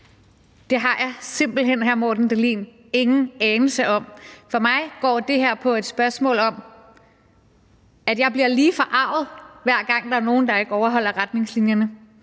hr. Morten Dahlin, ingen anelse om. For mig går det her på, at jeg bliver lige forarget, hver gang der er nogen, der ikke overholder retningslinjerne.